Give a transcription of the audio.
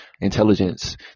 intelligence